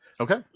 Okay